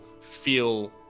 feel